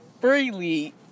freely